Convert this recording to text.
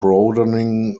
broadening